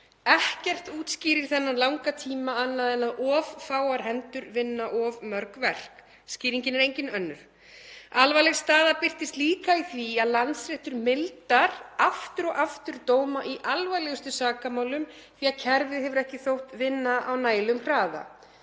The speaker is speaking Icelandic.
Ekkert útskýrir þennan langa tíma annað en að of fáar hendur vinna of mörg verk. Skýringin er engin önnur. Alvarleg staða birtist líka í því að Landsréttur mildar aftur og aftur dóma í alvarlegustu sakamálum því kerfið hefur ekki þótt vinna á nægilegum hraða.